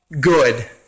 good